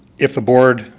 if the board,